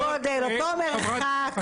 אותו גודל, אותו מרחק.